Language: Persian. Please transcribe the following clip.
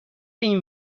این